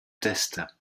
test